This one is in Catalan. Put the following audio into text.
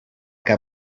que